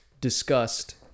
discussed